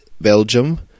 Belgium